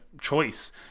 choice